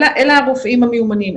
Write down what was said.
אלה הרופאים המיומנים,